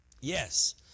Yes